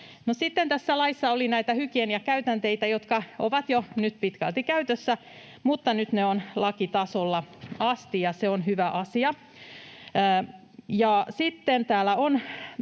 tässä laissa oli näitä hygieniakäytänteitä, jotka ovat jo nyt pitkälti käytössä, mutta nyt ne ovat lakitasolla asti, ja se on hyvä asia.